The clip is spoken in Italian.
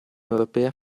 europea